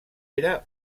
era